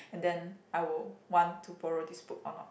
and then I will want to borrow this book or not